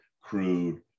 crude